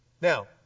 Now